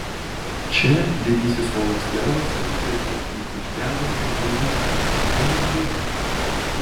čia didysis uolos nervas atsitrenkia į išdegusią gleivinę ir kelias baigtas